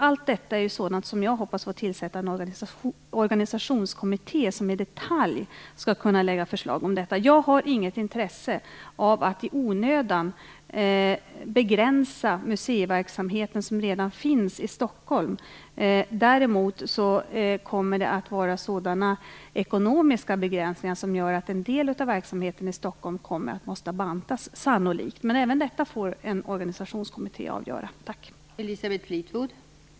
Allt detta är sådant som jag hoppas få tillsätta en organisationskommitté för, som i detalj skall kunna lägga fram förslag om detta. Jag har inget intresse av att i onödan begränsa museiverksamhet som redan finns i Stockholm. Däremot kommer det att bli sådana ekonomiska begränsningar att en del av verksamheten i Stockholm sannolikt måste bantas. Men även detta får en organisationskommitté avgöra.